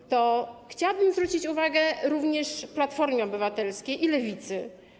Na to chciałabym zwrócić uwagę również Platformie Obywatelskiej i Lewicy.